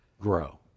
grow